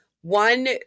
One